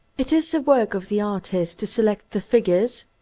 it is the work of the artist to select the figures,